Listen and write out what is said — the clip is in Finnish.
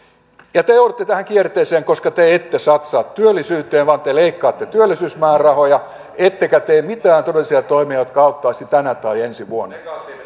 te joudutte tähän kierteeseen koska te ette satsaa työllisyyteen vaan te leikkaatte työllisyysmäärärahoja ettekä tee mitään todellisia toimia jotka auttaisivat tänä tai ensi vuonna